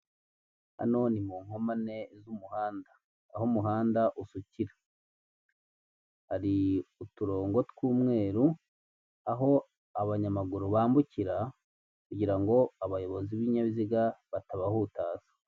Imodoka y'ibara ry'umukara itambuka mu muhanda, uruzitiro rugizwe n'ibyuma ndetse n'amatafari ahiye, umuferege unyuramo amazi wugarijwe cyangwa se ufunzwe